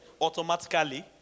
automatically